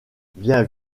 bien